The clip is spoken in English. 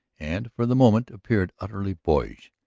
and for the moment appeared utterly boyish.